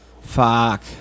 Fuck